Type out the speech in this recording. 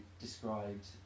described